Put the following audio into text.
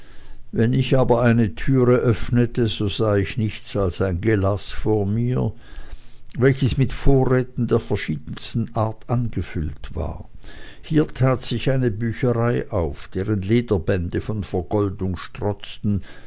wenn ich aber eine türe öffnete so sah ich nichts als ein gelaß vor mir welches mit vorräten der verschiedensten art angefüllt war hier tat sich eine bücherei auf deren lederbände von vergoldung strotzten